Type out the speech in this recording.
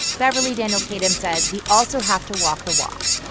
beverly daniel tatum says we also have to walk the walk.